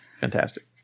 Fantastic